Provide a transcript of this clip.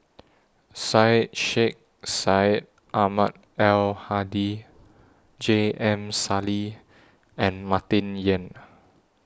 Syed Sheikh Syed Ahmad Al Hadi J M Sali and Martin Yan